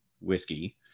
Whiskey